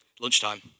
lunchtime